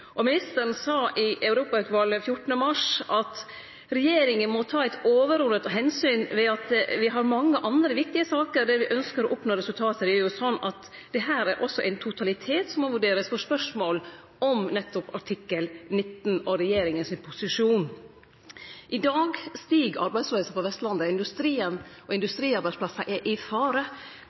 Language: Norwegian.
Ministeren sa i Europautvalet 14. mars at regjeringa har «et overordnet hensyn å ta ved at vi har mange andre viktige saker der vi ønsker å oppnå resultater i EU, sånn at her er det også en totalitet som må vurderes», på spørsmål om nettopp artikkel 19 og regjeringa sin posisjon. I dag stig arbeidsløysa på Vestlandet, og industrien og industriarbeidsplassar er i fare.